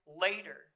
later